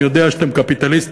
אני יודע שאתם קפיטליסטים,